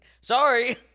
sorry